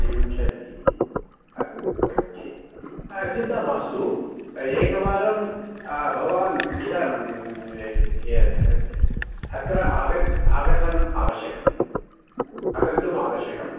विंशतिः अस्तु okay चिन्ता मास्तु एकवारं भवान् इदं अत्र आगच् आगतम् आवश्यकम् आगन्तुम् आवश्यकम्